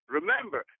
Remember